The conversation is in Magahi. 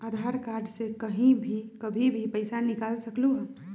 आधार कार्ड से कहीं भी कभी पईसा निकाल सकलहु ह?